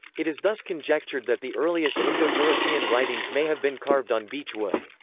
it is thus conjectured that the earliest indo-european writings may have been carved on beech wood.